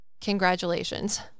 Congratulations